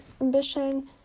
ambition